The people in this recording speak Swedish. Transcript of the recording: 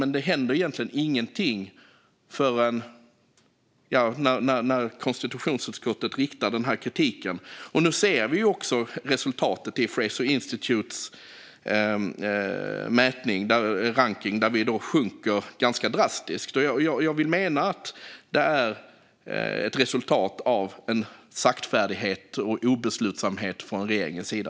Men det händer egentligen ingenting förrän konstitutionsutskottet riktar denna kritik. Nu ser vi också resultatet i Fraser Institutes rankning, där vi sjunker ganska drastiskt. Jag vill mena att detta är ett resultat av saktfärdighet och obeslutsamhet från regeringens sida.